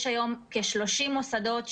יש היום כ-30 מוסדות,